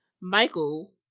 Michael